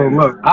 look